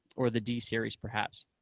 or the d series, perhaps.